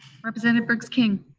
representative briggs king?